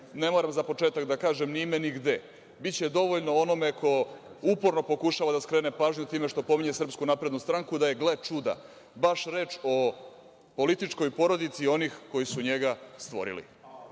moram za početak da kažem ni ime, ni gde, biće dovoljno onome ko uporno pokušava da skrene pažnju time što spominje SNS da je, gle čuda, baš reč o političkoj porodici onih koji su njega stvorili,